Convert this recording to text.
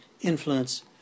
influence